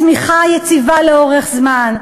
בצמיחה יציבה לאורך זמן.